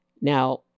now